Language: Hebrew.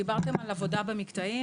דיברתם על עבודה במקטעים